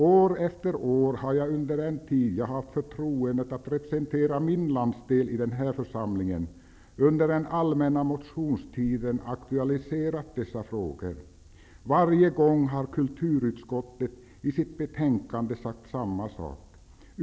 År efter år har jag under den tid jag haft förtroendet att representera min landsdel i den här församlingen under den allmänna motionstiden aktualiserat dessa frågor. Varje gång har kulturutskottet i sitt betänkande sagt samma sak.